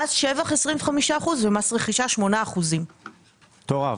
מס שבח של 25% ומס רכישה של 8%. מטורף.